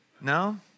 No